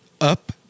up